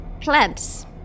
plants